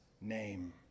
name